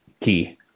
key